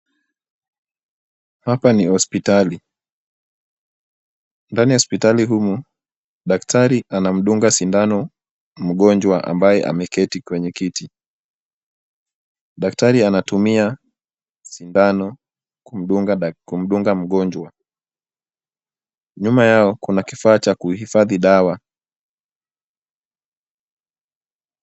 Hapa ni hospitali. Ndani ya hosptali humu, daktari anamdunga sindano mgonjwa ambaye ameketi kwenye kiti. Daktari anatumia sindano kumdunga mgonjwa. Nyuma yao kuna kifaa cha kuhifadhi dawa.